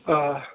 آ